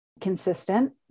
consistent